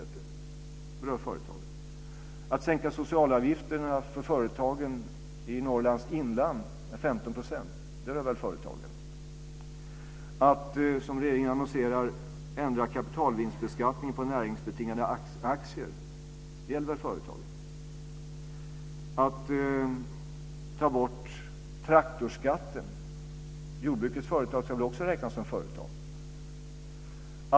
Det berör företagen. Att sänka socialavgifterna för företagen i Norrlands inland med 15 % rör väl företagen? Att som regeringen aviserar ändra kapitalvinstbeskattningen på näringsbetingade aktier gäller väl företagen? Att ta bort traktorskatten likaså. Jordbrukets företag ska väl också räknas som företag.